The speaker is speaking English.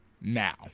now